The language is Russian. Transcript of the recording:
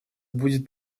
будет